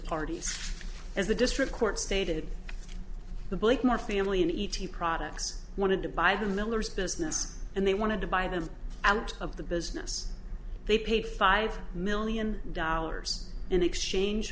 parties as the district court stated the blakemore family in e t products wanted to buy the millers business and they wanted to buy them out of the business they paid five million dollars in exchange